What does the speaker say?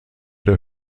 der